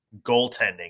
goaltending